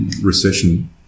recession